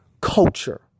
culture